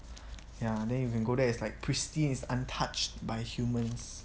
ya then you can go there is like pristine is untouched by humans